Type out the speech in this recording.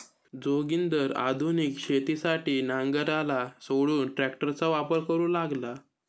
जोगिंदर आधुनिक शेतीसाठी नांगराला सोडून ट्रॅक्टरचा वापर करू लागला